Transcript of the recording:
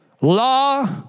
law